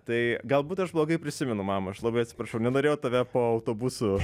tai galbūt aš blogai prisimenu mamą aš labai atsiprašau nenorėjau tave po autobusu